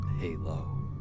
halo